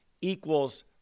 equals